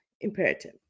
imperative